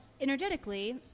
energetically